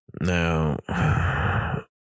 Now